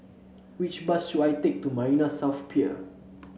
which bus should I take to Marina South Pier